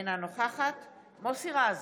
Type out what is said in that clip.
אינה נוכחת מוסי רז,